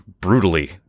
brutally